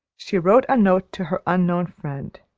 she wrote a note to her unknown friend.